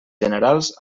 generals